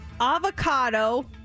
avocado